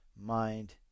mind